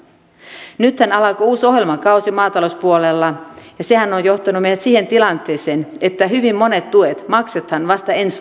nythän alkoi uusi ohjelmakausi maatalouspuolella ja sehän on johtanut meidät siihen tilanteeseen että hyvin monet tuet maksetaan vasta ensi vuonna